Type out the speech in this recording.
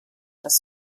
das